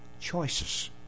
Choices